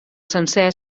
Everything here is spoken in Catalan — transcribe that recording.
sencer